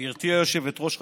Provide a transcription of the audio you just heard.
גברתי היושבת-ראש,